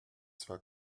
zwar